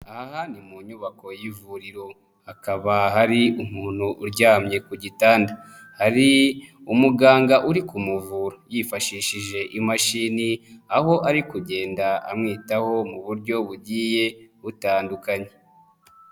Aha ni mu nyubako y'ivuriro. Hakaba hari umuntu uryamye ku gitanda. Hari umuganga uri kumuvura yifashishije imashini, aho ari kugenda amwitaho, mu buryo bugiye butandukanye.